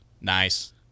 Nice